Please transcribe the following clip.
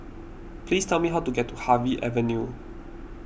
please tell me how to get to Harvey Avenue